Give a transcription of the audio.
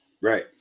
Right